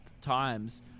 times